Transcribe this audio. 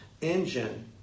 engine